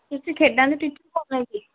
ਤੁਸੀਂ ਖੇਡਾਂ ਦੇ ਟੀਚਰ ਬੋਲ ਰਹੇ ਹੋ ਜੀ